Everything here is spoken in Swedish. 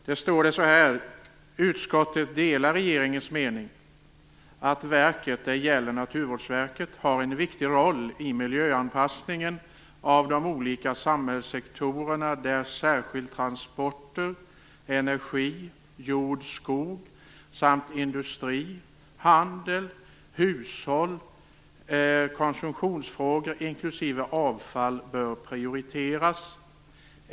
Där står det så här när det gäller Naturvårdsverket: "Utskottet delar regeringens mening att verket har en viktig roll i miljöanpassningen av de olika samhällssektorerna där särskilt transporter, energi, jord och skogsbruk samt industri, handel och hushåll bör prioriteras.